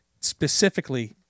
Specifically